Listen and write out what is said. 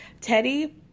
Teddy